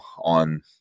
on